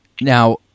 now